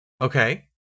Okay